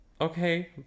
okay